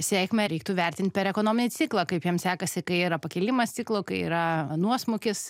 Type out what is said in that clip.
sėkmę reiktų vertint per ekonominį ciklą kaip jam sekasi kai yra pakilimas ciklo kai yra nuosmukis